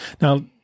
Now